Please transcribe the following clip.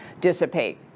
dissipate